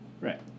Right